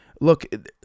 Look